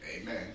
Amen